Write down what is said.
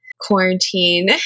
quarantine